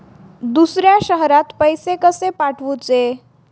दुसऱ्या शहरात पैसे कसे पाठवूचे?